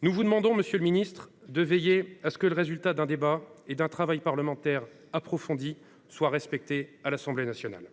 Nous vous demandons donc, monsieur le ministre, de veiller à ce que le fruit d’un débat et d’un travail parlementaire approfondis soit respecté à l’Assemblée nationale.